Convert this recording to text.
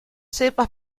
cepas